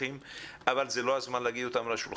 אורלי, תוכלי להשתתף בשיח